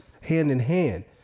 hand-in-hand